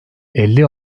elli